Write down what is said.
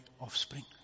offspring